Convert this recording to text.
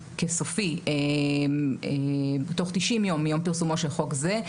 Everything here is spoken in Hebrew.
כסופי בתום 90 יום מיום פרסומו של חוק זה.